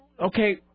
Okay